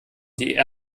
die